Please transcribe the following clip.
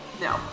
No